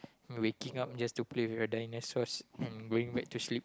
waking up just to play with your dinosaurs and going back to sleep